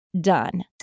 done